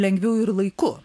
lengviau ir laiku